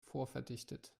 vorverdichtet